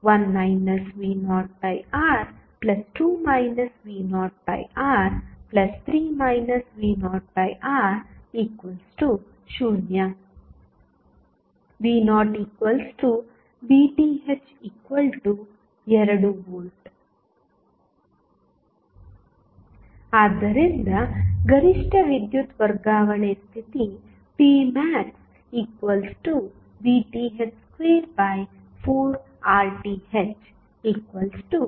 1 v0R2 v0R3 v0R 0 v0VTh 2V ಆದ್ದರಿಂದ ಗರಿಷ್ಠ ವಿದ್ಯುತ್ ವರ್ಗಾವಣೆ ಸ್ಥಿತಿ PmaxVTh24RTh